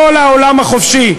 כל העולם החופשי,